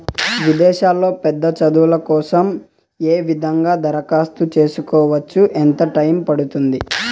విదేశాల్లో పెద్ద చదువు కోసం ఏ విధంగా దరఖాస్తు సేసుకోవచ్చు? ఎంత టైము పడుతుంది?